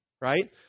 Right